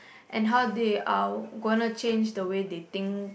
and how they are gonna change the way they think